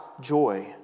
joy